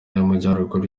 y’amajyaruguru